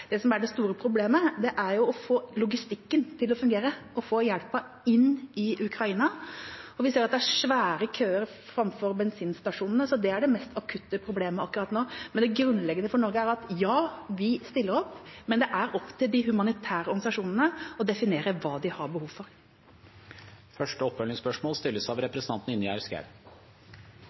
det er svære køer framfor bensinstasjonene. Så det er det mest akutte problemet akkurat nå. Det grunnleggende for Norge er at ja, vi stiller opp, men det er opp til de humanitære organisasjonene å definere hva de har behov for. Det blir oppfølgingsspørsmål – først Ingjerd Schou.